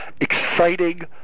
exciting